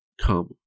come